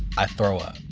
i throw up